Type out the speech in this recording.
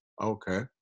Okay